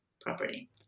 property